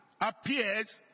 appears